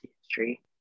history